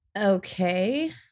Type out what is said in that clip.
Okay